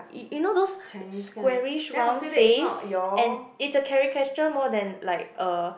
y~ you know those squarish round face and it's a caricature more than like uh